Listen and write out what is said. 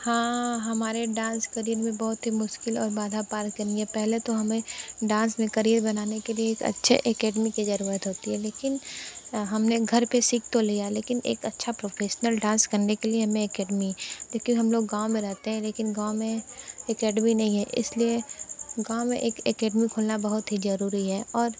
हाँ हमारे dance career में बहुत ही मुश्किल और बाधा पार करनी है पहले तो हमें डांस में करियर बनाने के लिए एक अच्छे एकेडमी की जरूरत होती है लेकिन हमने घर पे सीख तो लिया लेकिन एक अच्छा प्रोफेशनल डांस करने के लिए हमें एकेडमी लेकिन हम लोग गाँव में रहते हैं लेकिन गाँव में एकेडमी नहीं है इसलिए गाँव मैं एक एकेडमी खोलना बहुत ही जरुरी है और